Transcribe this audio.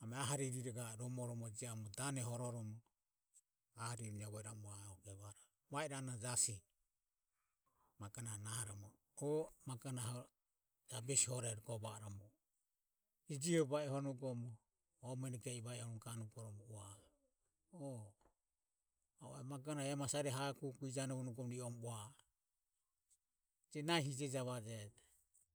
nume ahari maho dane hororomo ahari riravo iramugo evare ua ao jasi magona nahoromo o magona jabesi riravo vairamu o o muene genugom e magona ema sarere ha kuku ijanovoi ua a o je nahi hije javaje.